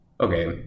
okay